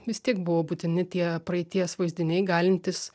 vis tiek buvo būtini tie praeities vaizdiniai galintys